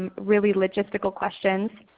really logistical questions,